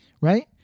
right